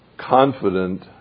confident